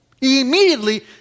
Immediately